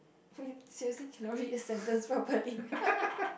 seriously cannot read a sentence properly